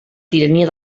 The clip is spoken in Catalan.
tirania